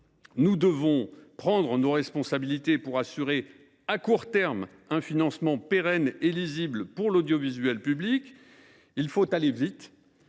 nous devons prendre nos responsabilités pour assurer à court terme un financement pérenne et lisible pour l’audiovisuel public. Il faut aller vite.